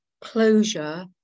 closure